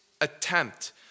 attempt